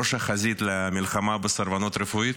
ראש החזית למלחמה בסרבנות רפואית,